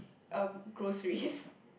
um groceries